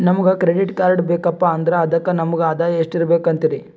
ನಮಗ credit card ಬೇಕಪ್ಪ ಅಂದ್ರ ಅದಕ್ಕ ನಮಗ ಆದಾಯ ಎಷ್ಟಿರಬಕು ಅಂತೀರಿ?